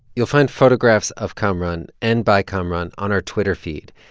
you'll find photographs of kamaran and by kamaran on our twitter feed.